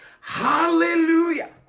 Hallelujah